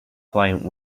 client